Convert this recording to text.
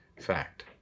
fact